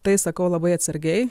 tai sakau labai atsargiai